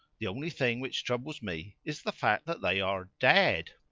the only thing which troubles me is the fact that they are dead.